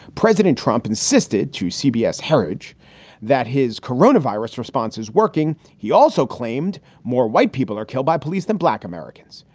president trump insisted to cbs herridge that his corona virus response is working. he also claimed more white people are killed by police than black americans.